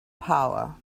power